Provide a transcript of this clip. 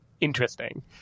interesting